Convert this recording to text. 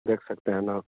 देख सकते हैं न